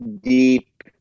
deep